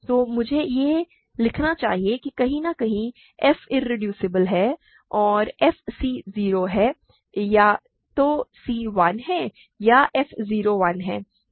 तो मुझे यह लिखना चाहिए कि कहीं न कहीं f इरेड्यूसिबल है और f c f 0 है या तो c 1 है या f 0 1 है